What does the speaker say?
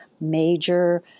major